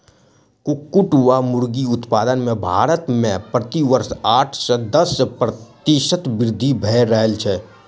कुक्कुट वा मुर्गी उत्पादन मे भारत मे प्रति वर्ष आठ सॅ दस प्रतिशत वृद्धि भ रहल छै